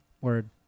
Word